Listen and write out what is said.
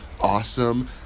awesome